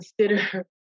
consider